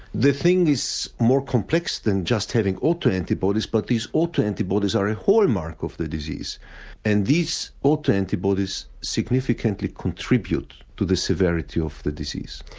the thing is more complex than just having auto-antibodies but these auto-antibodies are a hallmark of the disease and these auto-antibodies significantly contribute to the severity of the disease.